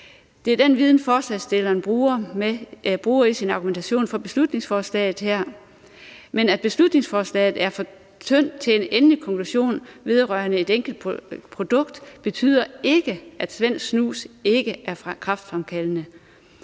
Det er den viden, forslagsstillerne bruger i deres argumentation for beslutningsforslaget her. Men at beslutningsforslaget er for tyndt til en endelig konklusion vedrørende et enkelt produkt, betyder ikke, at svensk snus ikke er kræftfremkaldende.